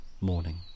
morning